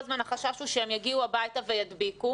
הזמן החשש הוא שהם יגיעו הביתה וידביקו.